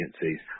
agencies